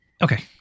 Okay